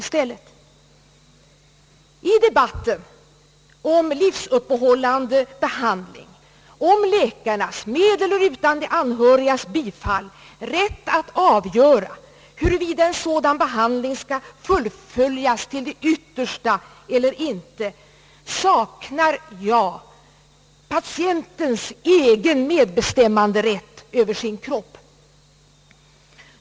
I debatten om livsuppehållande behandling, om läkarnas — med eller utan de anhörigas bifall — rätt att avgöra huruvida en sådan behandling skall fullföljas till det yttersta eller inte, sak nar jag patientens egen medbestämmanderätt över sin kropp.